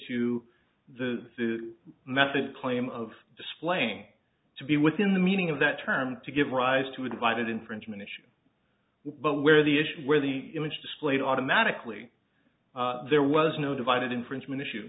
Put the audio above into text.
through method claim of displaying to be within the meaning of that term to give rise to a divided infringement issue but where the issue where the image displayed automatically there was no divided infringement issue